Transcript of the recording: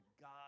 God